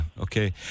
Okay